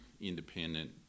independent